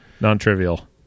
Non-trivial